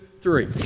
three